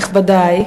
נכבדי,